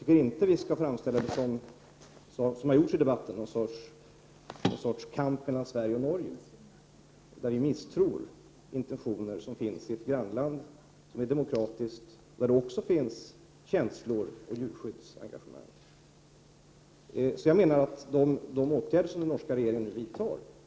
Vi skall inte framställa det som någon sorts kamp mellan Norge och Sverige, vilket har gjorts i debatten, då vi misstror intentionerna i ett demokratiskt grannland, där också känslor och djurskyddsengagemang finns. Jag menar att det är mycket viktigt att vi ser de åtgärder som den norska regeringen nu vidtar.